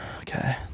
okay